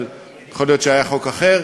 אבל יכול להיות שהיה חוק אחר,